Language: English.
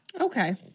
Okay